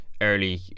Early